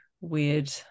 weird